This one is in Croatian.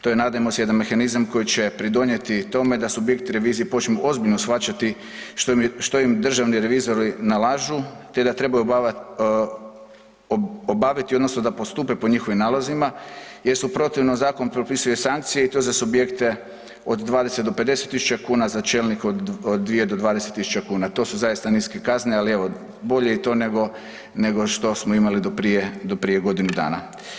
To je nadajmo se, jedan mehanizam koji će pridonijeti tome da subjekti revizije počnu ozbiljno shvaćati što i državni revizori nalažu te da trebaju obaviti odnosno da postupe po njihovim nalozima jer se protivno zakonom propisuju sankcije i to za subjekte od 20 do 50 000 kn, za čelnika od 2 do 20.000 kuna, to su zaista niske kazne, ali evo bolje i to nego što smo imali do prije godinu dana.